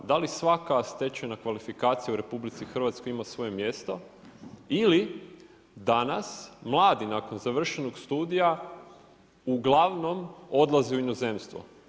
Da li svaka stečena kvalifikacija u RH ima svoje mjesto ili danas mladi nakon završenog studija uglavnom odlaze u inozemstvo.